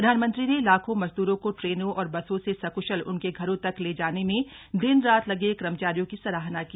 प्रधानमंत्री ने लाखों मजदूरों को ट्रेनों और बसों से सकृशल उनके घरों तक ले जाने में दिन रात लगे कर्मचारियों की सराहना की